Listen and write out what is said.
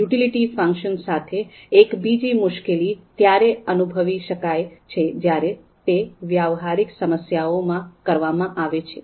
utility function સાથે એક બીજી મુશ્કેલી ત્યારે અનુભવી શકાય છે જયારે તે વ્યવહારિક સમસ્યાઓમાં કરવામાં આવે છે